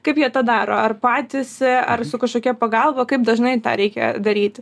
kaip jie tą daro ar patys ar su kažkokia pagalba kaip dažnai tą reikia daryti